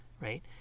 right